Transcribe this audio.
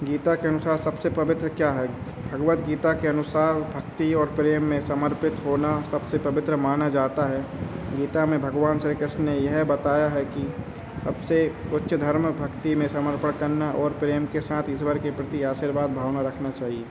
गीता के अनुसार सबसे पवित्र क्या है भगवद गीता के अनुसार भक्ति और प्रेम में समर्पित होना सबसे पवित्र माना जाता है गीता में भगवान श्री कृष्ण ने यह बताया है कि सबसे उच्च धर्म है भक्ति में समर्पण करना और प्रेम के साथ ईश्वर के प्रति आशीर्वाद भावना रखना चाहिए